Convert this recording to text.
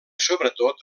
sobretot